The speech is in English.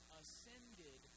ascended